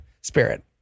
spirit